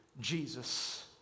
Jesus